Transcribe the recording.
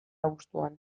abuztuan